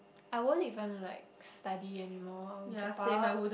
I won't even like study anymore I will dropout